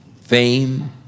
fame